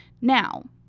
Now